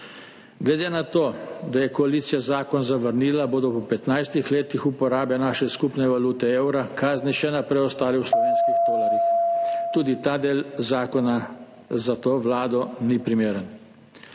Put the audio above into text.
Glede na to, da je koalicija zakon zavrnila, bodo po 15 letih uporabe naše skupne valute – evra, kazni še naprej ostale v slovenskih tolarjih. Tudi ta del zakona za to vlado ni primeren.